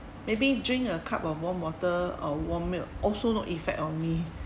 maybe drink a cup of warm water or warm milk also no effect on me